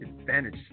advantage